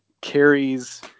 carries